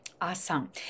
Awesome